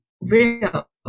real